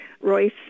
Royce